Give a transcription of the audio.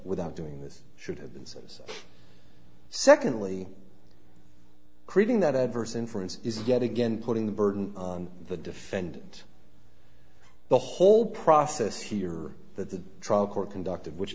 without doing this should have been so so secondly creating that adverse inference is yet again putting the burden on the defendant the whole process here that the trial court conducted which